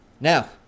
Now